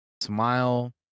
Smile